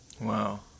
Wow